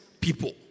people